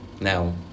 Now